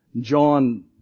John